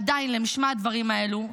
עדיין למשמע הדברים האלה,